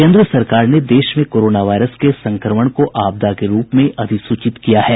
केन्द्र सरकार ने देश में कोरोना वायरस के संक्रमण को आपदा के रूप में अधिसूचित किया है